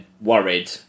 worried